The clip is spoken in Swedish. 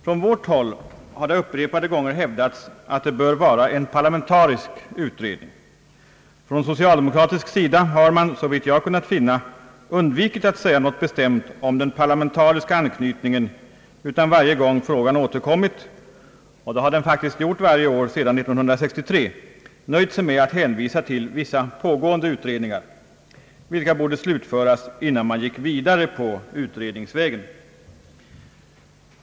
Från vårt håll har det upprepade gånger hävdats att det bör vara en parlamentarisk utredning. Från socialdemokratisk sida har man, såvitt jag kunnat finna, undvikit att säga något bestämt om den parlamentariska anknytningen. Varje gång frågan återkommit — och det har den gjort varje år sedan 1963 — har man nöjt sig med att hänvisa till vissa pågående utredningar, vilka borde slutföras innan man gick vidare på utredningsvägen.